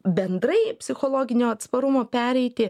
bendrai psichologinio atsparumo pereiti